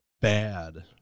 bad